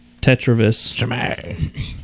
Tetravis